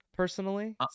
personally